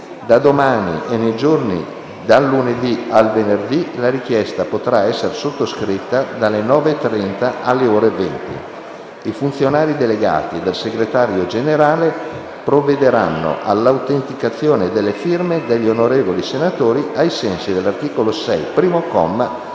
Da domani e nei giorni dal lunedì al venerdì la richiesta potrà essere sottoscritta dalle ore 9,30 alle ore 20. I funzionari delegati dal Segretario Generale provvederanno all'autenticazione delle firme degli onorevoli senatori, ai sensi dell'articolo 6,